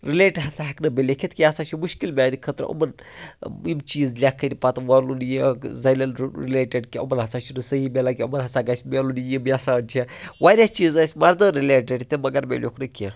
related ہَسا ہٮ۪کہٕ بہٕ لیٚکھِتھ یہِ سا مُشکِل میانہِ خٲطرٕ یِمن یِم چیٖز لٮ۪کھٕنۍ پتہٕ ونُن یہِ زنٮ۪ن رِلیٚٹِڈ کہِ یِمَن ہسا چھُنہٕ صحیح ملان کیٚنٛہہ یِمَن ہا گژھِ مٮ۪لُن یِم یَژھان چھِ واریاہ چیٖز ٲسۍ مَردَن رِلیٚٹِڈ تہِ مگر مےٚ لیوٚکھ نہٕ کیٚنٛہہ